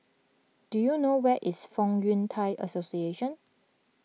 do you know where is Fong Yun Thai Association